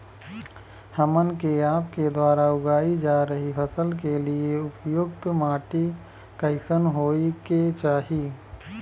हमन के आपके द्वारा उगाई जा रही फसल के लिए उपयुक्त माटी कईसन होय के चाहीं?